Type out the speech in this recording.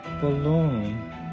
balloon